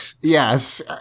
Yes